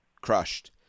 crushed